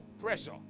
pressure